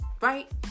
right